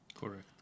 Correct